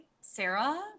Sarah